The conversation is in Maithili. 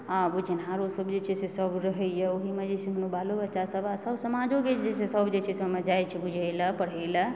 हँ बुझनहारो सभ जे छै से सब रहैए ओहिमे जे छै सब बालो बच्चासब सब समाजोके जे छै से सब जे छै से जाइत छै बुझै लऽ पढ़य लऽ